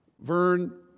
Vern